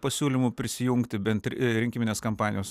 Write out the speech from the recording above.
pasiūlymų prisijungti bent rinkiminės kampanijos